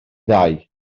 ddau